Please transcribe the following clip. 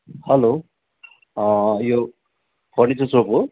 hello यो furniture shop हो